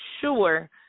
sure